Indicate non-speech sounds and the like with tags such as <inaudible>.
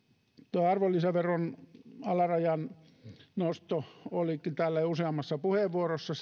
tuo arvonlisäveron alarajan nosto olikin täällä jo useammassa puheenvuorossa <unintelligible>